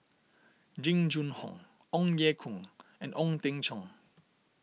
Jing Jun Hong Ong Ye Kung and Ong Teng Cheong